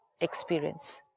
experience